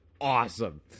awesome